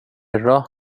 راه